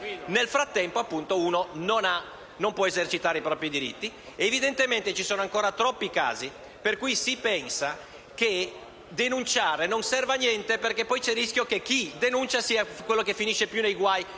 nel frattempo non si possono essere esercitare i propri diritti. Evidentemente ci sono ancora troppi casi per cui si pensa che denunciare non serve a niente, perché c'è il rischio che chi denuncia finisca ancora più nei guai